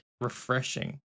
refreshing